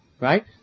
Right